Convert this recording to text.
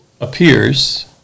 appears